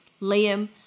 Liam